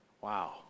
Wow